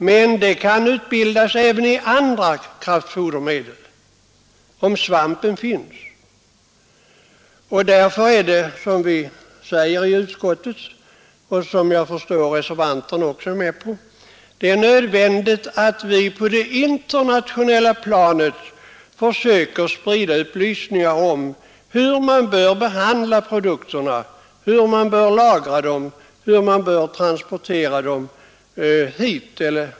Men det kan bildas även i andra kraftfodermedel om svampen finns. Därför är det, som vi säger i utskottsbetänkandet och som jag förstår att reservanterna håller med om, nödvändigt att på det internationella planet försöka sprida upplysning om hur man bör behandla produkterna, lagra dem och transportera dem.